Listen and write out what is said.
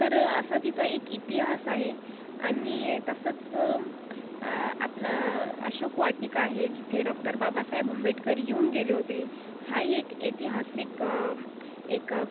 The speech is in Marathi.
तर असा तिचा एक इतिहास आहे आणि ये तसंच आपलं अशोकवाटिका आहे जिथे डॉक्टर बाबासाहेब आंबेडकर येऊन गेले होते हाही एक ऐतिहासिक एक